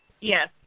Yes